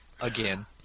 Again